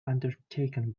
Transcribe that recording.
undertaken